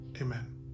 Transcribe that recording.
Amen